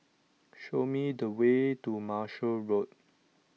show me the way to Marshall Road